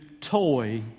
toy